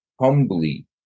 humbly